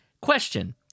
Question